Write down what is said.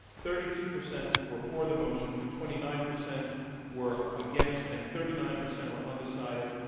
thirty two percent were for the motion, twenty nine percent were against, and thirty nine percent were undecided.